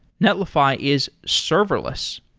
netlify is serverless.